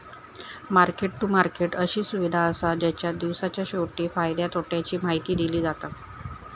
market to market अशी सुविधा असा जेच्यात दिवसाच्या शेवटी फायद्या तोट्याची माहिती दिली जाता